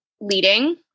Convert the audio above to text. leading